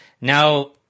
Now